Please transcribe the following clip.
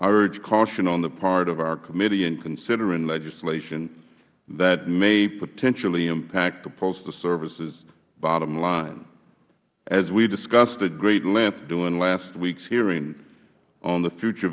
urge caution on the part of our committee in considering legislation that may potentially impact the postal services bottom line as we discussed at great length during last weeks hearing on the future